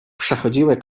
przechodziły